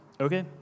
Okay